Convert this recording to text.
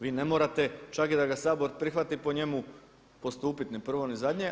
Vi ne morate čak i da ga Sabor prihvati po njemu postupiti ni prvo, ni zadnje.